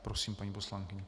Prosím, paní poslankyně.